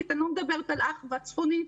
צפונית.